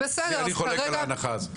אני חולק על ההנחה הזאת.